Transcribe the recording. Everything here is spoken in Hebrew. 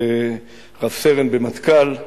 רב-סרן במטכ"ל,